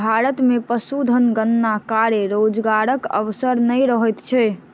भारत मे पशुधन गणना कार्य मे रोजगारक अवसर नै रहैत छै